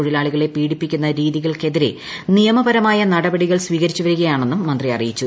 തൊഴിലാളികളെ പീഡിപ്പിക്കുന്ന രീതികൾക്കെതിരെ നിയമപരമായ നടപടികൾ സ്വീകരിച്ചു വരികയാണെന്നും മന്ത്രി അറിയിച്ചു